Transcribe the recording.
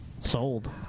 Sold